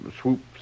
swoops